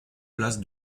place